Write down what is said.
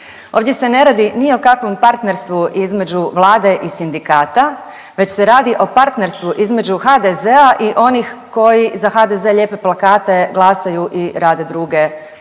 Ovdje se ne radi ni o kakvom partnerstvu između Vlade i sindikata, već se radi o partnerstvu između HDZ-a i onih koji za HDZ lijepe plakate, glasaju i rade druge